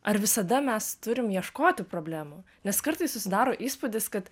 ar visada mes turim ieškoti problemų nes kartais susidaro įspūdis kad